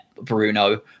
Bruno